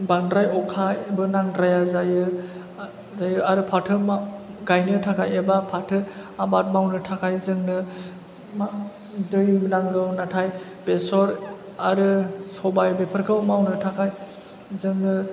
बांद्राय अखाबो नांद्राया जायो आरो फाथो माव गायनो थाखाय एबा फाथो आबाद मावनो थाखाय जोंनो मा दै नांगौ नाथाय बेसर आरो सबाइ बेफोरखौ मावनो थाखाय जोंनो